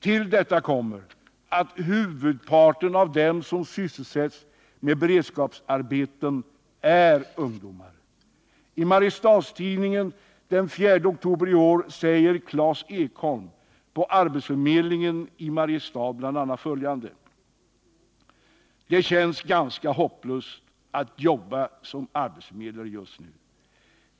Till detta kommer att huvudparten av dem som sysselsätts med beredskapsarbeten är ungdomar. I Mariestads-Tidningen den 4 oktober i år säger Claes Ekholm på arbetsförmedlingen i Mariestad bl.a. följande: Det känns ganska hopplöst att jobba som arbetsförmedlare just nu.